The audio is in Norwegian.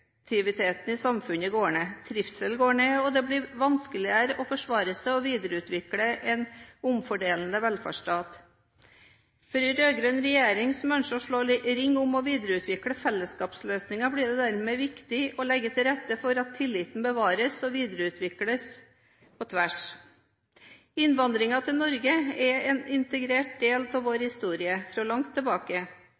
i samfunnet går ned, trivselen går ned, og det blir vanskeligere å forsvare og videreutvikle en omfordelende velferdsstat. For en rød-grønn regjering som ønsker å slå ring om og videreutvikle fellesskapsløsninger, blir det dermed viktig å legge til rette for at tilliten bevares og videreutvikles på tvers. Innvandringen til Norge er en integrert del av vår